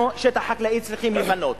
אנחנו שטח חקלאי, צריכים לפנות.